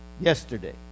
yesterday